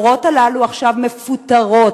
המורות הללו עכשיו מפוטרות.